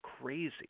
crazy